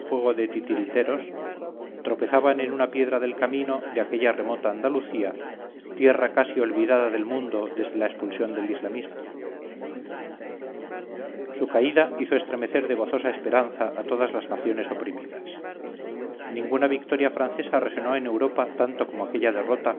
juego de titiriteros tropezaban en una piedra del camino de aquella remota andalucía tierra casi olvidada del mundo desde la expulsión del islamismo su caída hizo estremecer de gozosa esperanza a todas las naciones oprimidas ninguna victoria francesa resonó en europa tanto como aquella derrota